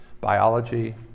biology